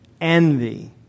Envy